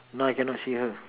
now I can not see her